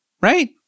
right